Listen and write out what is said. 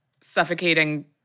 suffocating